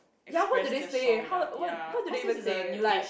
ya what do they say how what what do they even say like